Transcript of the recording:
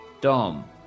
Dom